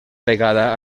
vegada